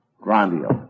grandiose